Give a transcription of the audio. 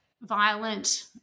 Violent